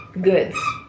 goods